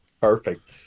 Perfect